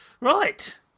Right